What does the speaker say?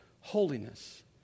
holiness